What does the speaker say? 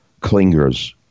clingers